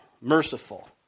merciful